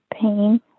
pain